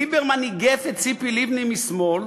ליברמן איגף את ציפי לבני משמאל.